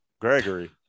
Gregory